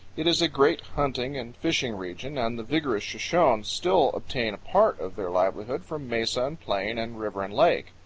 it is a great hunting and fishing region, and the vigorous shoshones still obtain a part of their livelihood from mesa and plain and river and lake.